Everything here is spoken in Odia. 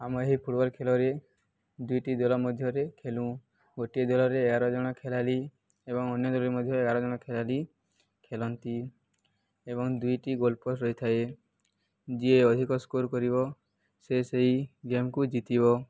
ଆମେ ଏହି ଫୁଟବଲ୍ ଖେଳରେ ଦୁଇଟି ଦଳ ମଧ୍ୟରେ ଖେଳୁଁ ଗୋଟିଏ ଦଳରେ ଏଗାର ଜଣ ଖେଳାଳି ଏବଂ ଅନ୍ୟ ଦଳରେ ମଧ୍ୟ ଏଗାର ଜଣ ଖେଳାଳି ଖେଳନ୍ତି ଏବଂ ଦୁଇଟି ଗୋଲପର୍ସ ରହିଥାଏ ଯିଏ ଅଧିକ ସ୍କୋର କରିବ ସେ ସେଇ ଗେମ୍କୁ ଜିତିବ